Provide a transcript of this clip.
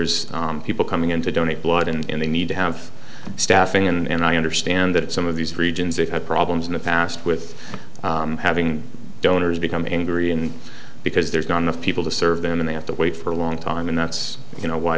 there's people coming in to donate blood and they need to have staffing and i understand that some of these regions they've had problems in the past with having donors become angry and because there's not enough people to serve them and they have to wait for a long time and that's you know why